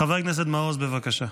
חבר הכנסת מעוז, בבקשה.